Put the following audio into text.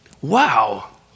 Wow